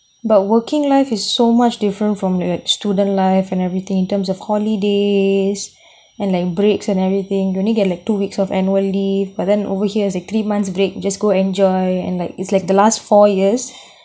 but working life is so much different from the student life and everything in terms of holidays and like breaks and everything you only get like two weeks of annual leave but then over here is a three months break just go enjoy and like is like the last four years